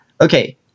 Okay